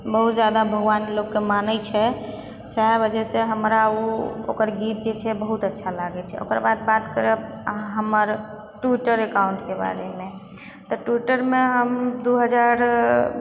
बहुत ज्यादा भगवानके लोकके मानै छै सएह वजहसँ हमरा ओ ओकर गीत जे छै बहुत अच्छा लागै छै ओकर बाद बात करब अहाँ हमर ट्विटर अकाउन्टके बारेमे तऽ ट्विटरमे हम दू हजार